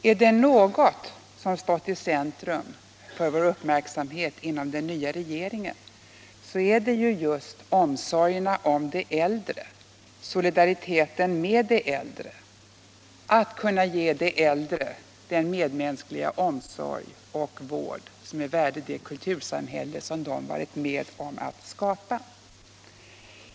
Är det något som stått i centrum för vår uppmärksamhet inom den nya regeringen så är det just omsorgerna om de äldre — solidariteten med äldre, att kunna ge de äldre den medmänskliga omsorg och vård som är värdig det kultursamhälle som de varit med om att skapa.